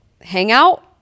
hangout